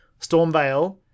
Stormvale